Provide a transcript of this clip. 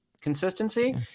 consistency